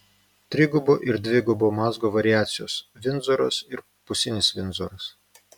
trigubo ir dvigubo mazgo variacijos vindzoras ir pusinis vindzoras